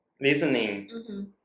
listening